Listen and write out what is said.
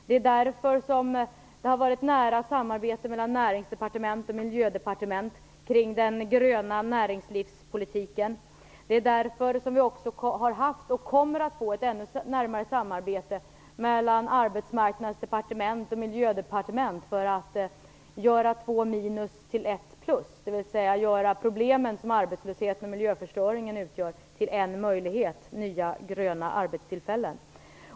Det är därför det har varit nära samarbete mellan Näringsdepartementet och Miljödepartementet kring den gröna näringslivspolitiken. Det är också därför vi har haft ett nära samarbete, som kommer att bli ännu närmare, mellan Arbetsmarknadsdepartementet och Miljödepartementet med att göra två minus till ett plus, dvs. göra de problem som arbetslösheten och miljöförstöringen utgör till en möjlighet: nya, gröna arbetstillfällen.